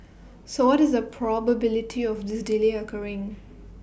so what is the probability of this delay occurring